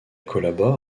collabore